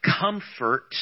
comfort